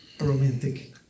romantic